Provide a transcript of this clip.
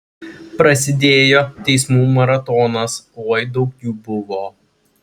prasidėjo teismų maratonas oi daug jų buvo